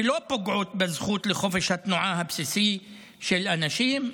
שלא פוגעות בזכות לחופש התנועה הבסיסי של אנשים,